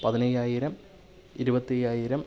പതിനഞ്ചായിരം ഇരുപത്തി അയ്യായിരം